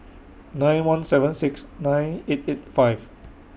nine one seven six nine eight eight five